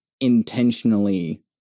intentionally